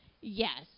Yes